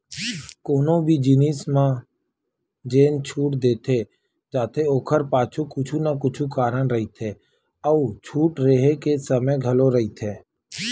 कोनो भी जिनिस म जेन छूट दे जाथे ओखर पाछू कुछु न कुछु कारन रहिथे अउ छूट रेहे के समे घलो रहिथे